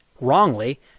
wrongly